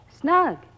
Snug